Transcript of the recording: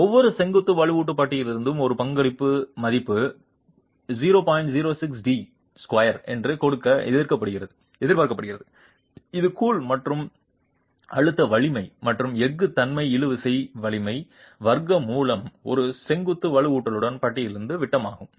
ஒவ்வொரு செங்குத்து வலுவூட்டும் பட்டியில் ஒரு பங்களிப்பு மதிப்பு என்று கொடுக்க எதிர்பார்க்கப்படுகிறது இது கூழ் மற்றும் அமுக்க வலிமை மற்றும் எஃகு தன்னை இழுவிசை வலிமை வர்க்க மூலம் ஒரு செங்குத்து வலுவூட்டும் பட்டியில் விட்டம் ஆகும்